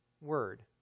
word